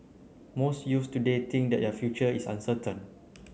most youths today think that their future is uncertain